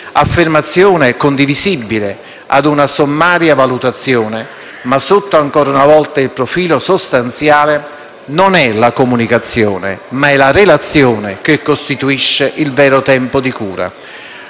un'affermazione condivisibile ad una sommaria valutazione, ma, ancora una volta, sotto il profilo sostanziale, non è la comunicazione, ma è la relazione che costituisce il vero tempo di cura.